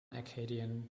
acadian